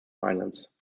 islands